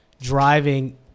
driving